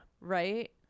Right